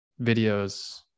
videos